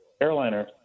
airliner